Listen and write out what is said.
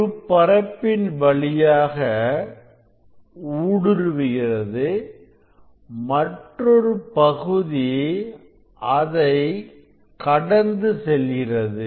ஒரு பகுதி பரப்பின் வழியாக ஊடுருவுகிறது மற்றொரு பகுதி அதை கடந்து செல்கிறது